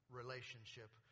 relationship